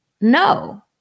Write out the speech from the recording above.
No